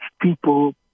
people